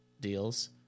deals